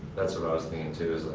that's what i was thinking too.